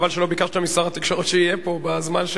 חבל שלא ביקשת משר התקשורת שיהיה פה בזמן.